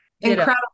Incredible